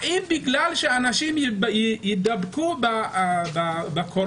האם בגלל שאנשים יידבקו בקורונה